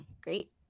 Great